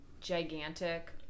gigantic